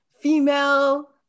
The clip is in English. female